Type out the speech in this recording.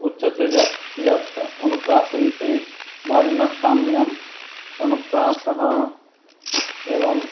उच्यते या यत् अनुप्रासविषये वर्णसाम्यम् अनुप्रासः एवम्